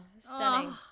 stunning